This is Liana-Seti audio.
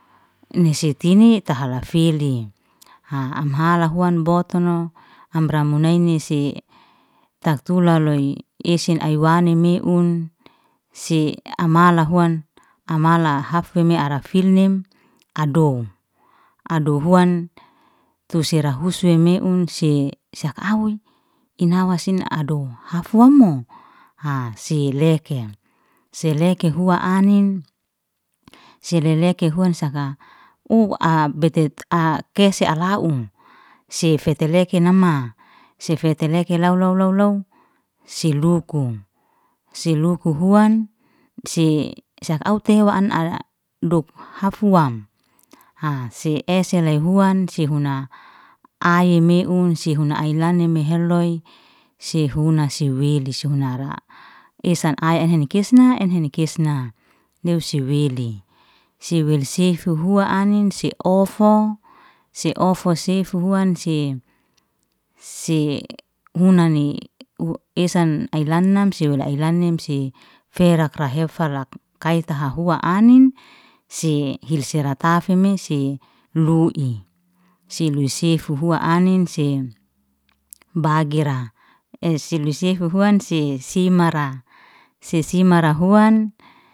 Ne si tini tahalafeli am ala huan botono, amra munaini si tak tulalui esen ai wanime um si amala huan, amala hafeme ara filmin adou, adohuan tu sirahuse meun se- se hak awoi, inawasin adohah huan'no, ai sileke sileke huan anin, sileleke huan safa kese ala um. Si feteleke nama si feteleke lau lau lau lau si luku, si luku huan si sef'aute. buk hafwam. si esele huan si huna, ai me'un si huna ai lane meheloi, si huna si wili si hunara, esan ayi enhenekisna ehenekisna, leu si wili si wele sifu huan anin si ofo, si ofo sifu huan si bunani esan ai lanam si wila ailanim si ferakra hefara kaifa tahua anin si hilzera tafe se lu'i, si lui sifu hua anin si bagira, ei si lusifu huan si simara, si- si marahuan.